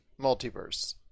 Multiverse